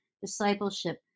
discipleship